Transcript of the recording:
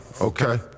Okay